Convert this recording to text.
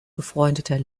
befreundeter